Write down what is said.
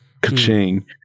ka-ching